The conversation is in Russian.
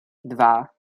два